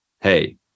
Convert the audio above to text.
hey